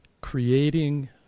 creating